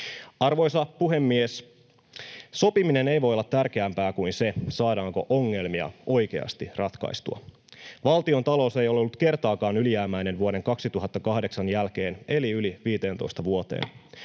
Arvoisa puhemies! Sopiminen ei voi olla tärkeämpää kuin se, saadaanko ongelmia oikeasti ratkaistua. Valtiontalous ei ole ollut kertaakaan ylijäämäinen vuoden 2008 jälkeen eli yli 15 vuoteen.